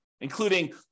including